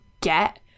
get